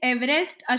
Everest